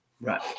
Right